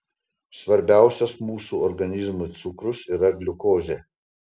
svarbiausias mūsų organizmui cukrus yra gliukozė